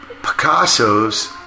Picasso's